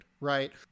right